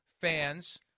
fans